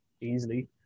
easily